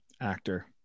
Actor